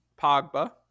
pogba